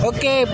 Okay